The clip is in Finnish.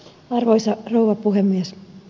arvoisa rouva puhemies